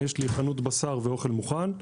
יש לי חנות בשר ואוכל מוכן.